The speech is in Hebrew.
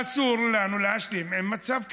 אסור לנו להשלים עם מצב כזה.